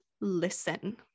listen